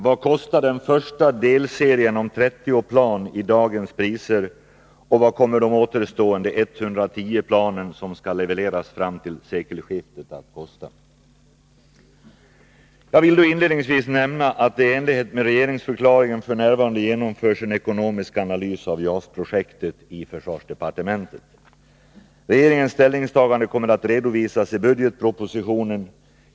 Vad kostar den första delserien om 30 plan i dagens priser och vad kommer de återstående 110 planen som skall levereras fram till sekelskiftet att kosta? Jag vill inledningsvis nämna, att det i enlighet med regeringsförklaringen f.n. genomförs en ekonomisk analys av JAS-projektet i försvarsdepartementet. Regeringens ställningstagande kommer att redovisas i budgetpropositionen.